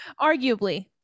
arguably